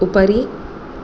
उपरि